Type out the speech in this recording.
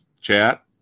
Chat